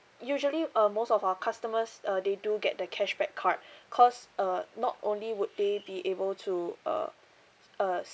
usually uh most of our customers uh they do get the cashback card cause uh not only would they be able to uh uh